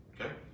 Okay